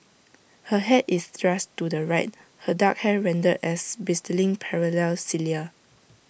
her Head is thrust to the right her dark hair rendered as bristling parallel cilia